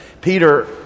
Peter